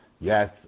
Yes